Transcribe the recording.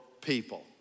people